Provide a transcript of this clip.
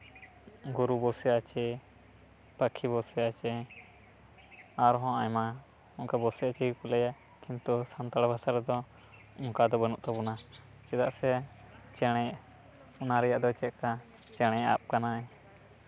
ᱜᱳᱨᱩ ᱵᱚᱥᱮ ᱟᱪᱷᱮ ᱯᱟᱠᱷᱤ ᱵᱚᱥᱮ ᱟᱪᱷᱮ ᱟᱨᱦᱚᱸ ᱟᱭᱢᱟ ᱚᱱᱠᱟ ᱵᱚᱥᱮ ᱟᱪᱷᱮ ᱜᱮᱠᱚ ᱞᱟᱹᱭᱟ ᱠᱤᱱᱛᱩ ᱥᱟᱱᱛᱟᱲ ᱵᱷᱟᱥᱟ ᱨᱮᱫᱚ ᱚᱱᱠᱟ ᱫᱚ ᱵᱟᱹᱱᱩᱜ ᱛᱟᱵᱚᱱᱟ ᱪᱮᱫᱟᱜ ᱥᱮ ᱪᱮᱬᱮ ᱚᱱᱟ ᱨᱮᱭᱟᱜ ᱫᱚ ᱪᱮᱫ ᱠᱟ ᱪᱮᱬᱮ ᱟᱵ ᱠᱟᱱᱟᱭ